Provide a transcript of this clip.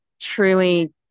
truly